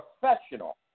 professional